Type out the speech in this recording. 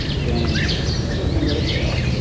then somebody's going to go to jail.